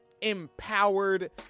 empowered